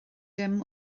dim